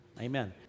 Amen